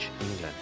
England